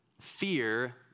fear